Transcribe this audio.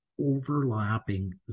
overlapping